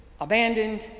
abandoned